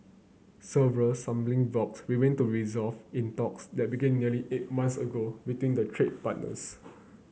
several stumbling blocks remain to resolved in talks that began nearly eight months ago between the trade partners